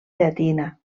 llatina